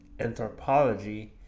anthropology